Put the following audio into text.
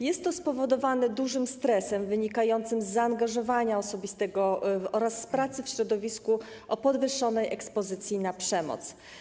Jest to spowodowane dużym stresem wynikającym z zaangażowania tych osób oraz pracy w środowisku o podwyższonej ekspozycji na przemoc.